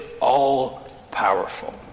all-powerful